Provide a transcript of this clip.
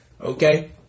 Okay